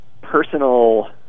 Personal